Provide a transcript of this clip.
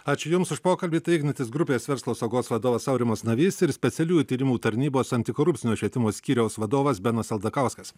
ačiū jums už pokalbį ignitis grupės verslo saugos vadovas aurimas navys ir specialiųjų tyrimų tarnybos antikorupcinio švietimo skyriaus vadovas benas aldakauskas